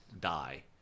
die